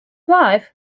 wife